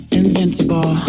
invincible